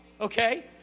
okay